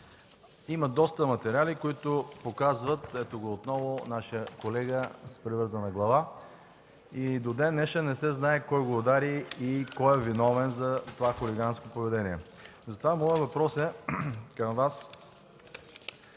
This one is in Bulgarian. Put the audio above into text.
Има доста материали – ето го отново нашия колега с превързана глава, и до ден-днешен не се знае кой го удари и кой е виновен за това хулиганско поведение. Затова моят въпрос към Вас